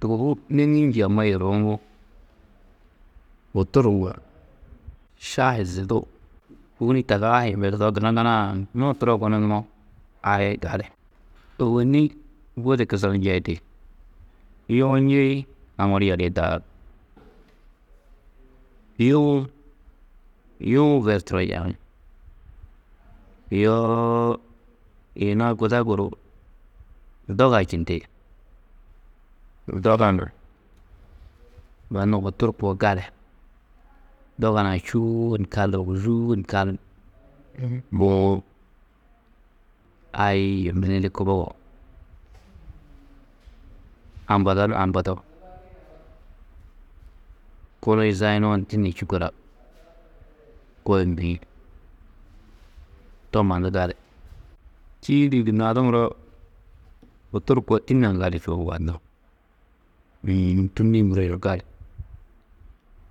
Tûgohu neŋîi njî amma yeruwo, hutur šahi zidu wûni tagaa ha yibedudo, gunaganaanuũ turo gonuwo, ai gali. Ôwonni budi kusar njeidi, yuũ ñêi haŋuru yarîe daaru. Yuũ, yuũ wer turo yari, yoo yina guda guru doga čindi, doga-ã mannu hutur koo gali, doga nua čûu ni kal ôguzuu ni kal, buwo ai yunu lili kubogo, ambado ni ambado, kunu yizayunoo ni tînne čû kora koi mûi, to mannu gali, čîidi gunna du muro hutur koo tînne-ã gali čuo uũ, tûnni-ĩ muro yunu gali,